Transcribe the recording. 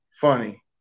funny